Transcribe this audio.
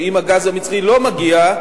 שאם הגז המצרי לא מגיע,